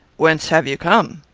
whence have you come?